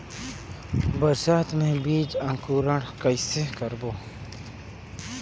बरसात मे बीजा अंकुरण कइसे करबो?